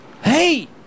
Hey